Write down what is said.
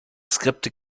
skripte